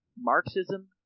Marxism